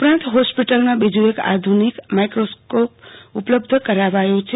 ઉપરાંત હોસ્પિટો માં બીજુ એક આધુનિક માઈક્રોરકોપ ઉપલબ્ધ કરાવાયુ છે